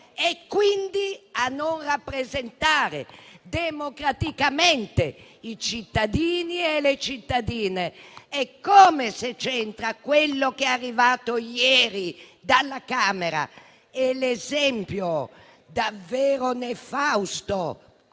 e quindi a non rappresentare democraticamente i cittadini e le cittadine. Eccome se c'entra quello che è arrivato ieri dalla Camera. È l'esempio davvero nefasto